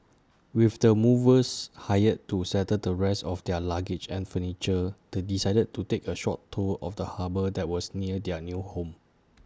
with the movers hired to settle the rest of their luggage and furniture they decided to take A short tour of the harbour that was near their new home